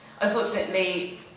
Unfortunately